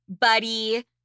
buddy